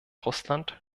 russland